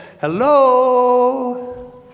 hello